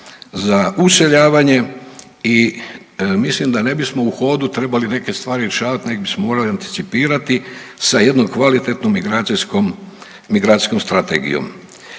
za useljavanje i mislim da ne bismo u hodu trebali neke stvari rješavat nego bismo morali anticipirati sa jednom kvalitetnom migracijskom strategijom.